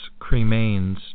cremains